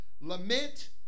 Lament